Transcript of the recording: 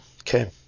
Okay